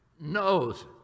knows